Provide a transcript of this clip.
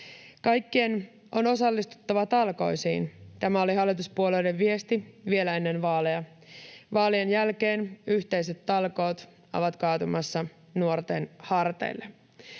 ”Kaikkien on osallistuttava talkoisiin”, tämä oli hallituspuolueiden viesti vielä ennen vaaleja. Vaalien jälkeen yhteiset talkoot ovat kaatumassa nuorten harteille.